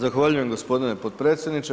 Zahvaljujem gospodine potpredsjedniče.